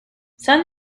send